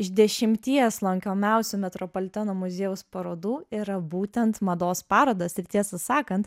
iš dešimties lankomiausių metropoliteno muziejaus parodų yra būtent mados parodos ir tiesą sakant